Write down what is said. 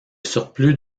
surplus